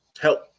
help